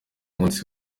umunsi